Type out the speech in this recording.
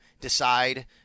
decide